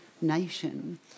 nation